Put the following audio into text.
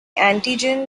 antigen